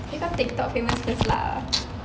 become TikTok famous first lah